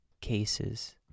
cases